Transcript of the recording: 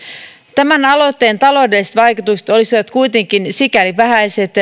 tämän aloitteen taloudelliset vaikutukset olisivat kuitenkin sikäli vähäiset